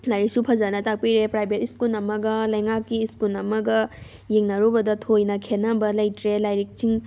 ꯂꯥꯏꯔꯤꯛꯁꯨ ꯐꯖꯅ ꯇꯥꯛꯄꯤꯔꯦ ꯄ꯭ꯔꯥꯏꯚꯦꯠ ꯁ꯭ꯀꯨꯜ ꯑꯃꯒ ꯂꯩꯉꯥꯛꯀꯤ ꯁ꯭ꯀꯨꯜ ꯑꯃꯒ ꯌꯦꯡꯅꯔꯨꯕꯗ ꯊꯣꯏꯅ ꯈꯦꯠꯅꯕ ꯂꯩꯇ꯭ꯔꯦ ꯂꯥꯏꯔꯤꯛꯁꯤꯡ